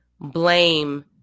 blame